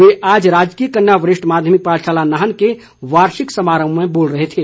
वे आज राजकीय कन्या वरिष्ठ माध्यमिक पाठशाला नाहन के वार्षिक समारोह में बोल रहे थे